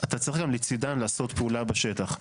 אתה צריך גם לצידן לעשות פעולה בשטח.